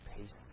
peace